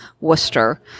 Worcester